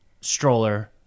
stroller